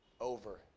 Over